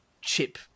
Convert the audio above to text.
chip